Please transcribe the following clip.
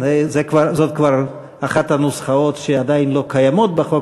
זאת כבר אחת הנוסחאות שעדיין לא קיימות בחוק,